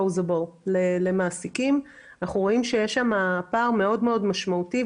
למעסיקים הפער מאוד מאוד משמעותי.